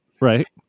right